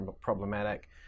problematic